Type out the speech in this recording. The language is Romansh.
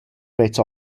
vezza